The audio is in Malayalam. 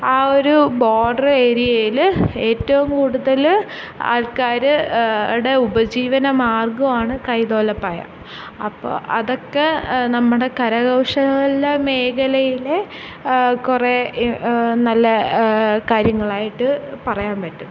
ആ ഒരു ബോർഡർ ഏര്യയില് ഏറ്റവും കൂടുതൽ ആള്ക്കാര് ടെ ഉപജീവനമാര്ഗവാണ് കൈതോലപ്പായ അപ്പോൾ അതൊക്കെ നമ്മുടെ കരകൗശല മേഘലയിലെ കുറെ നല്ല കാര്യങ്ങളായിട്ട് പറയാൻ പറ്റും